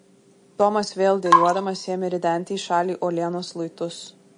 tomas vėl dejuodamas ėmė ridenti į šalį uolienos luitus